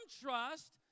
trust